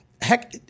Heck